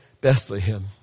Bethlehem